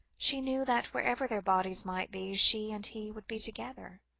she knew that wherever their bodies might be, she and he would be together.